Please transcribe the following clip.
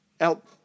Out